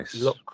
look